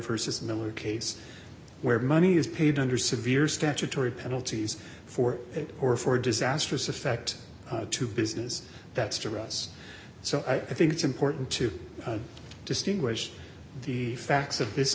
versus miller case where money is paid under severe statutory penalties for it or for disastrous effect to business that stress so i think it's important to distinguish the facts of this